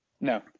No